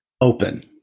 open